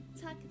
Tuck